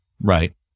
Right